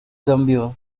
cambió